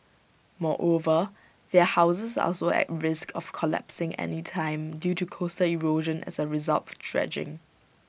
moreover their houses are also at risk of collapsing anytime due to coastal erosion as A result of dredging